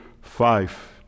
five